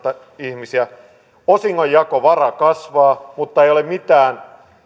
ihmisiä osingonjakovara kasvaa mutta ei ole mitään